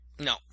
No